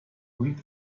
und